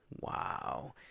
wow